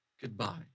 Goodbye